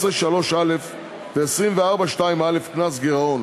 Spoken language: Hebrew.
16(3)(א) ו-24(2)(א) (קנס גירעון).